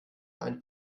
ein